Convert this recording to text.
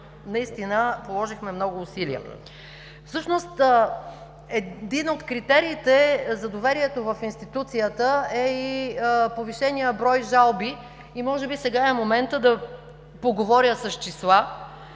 наистина положихме много усилия. Всъщност един от критериите за доверието в институцията е и повишеният брой жалби. Може би сега е моментът да поговоря с числа.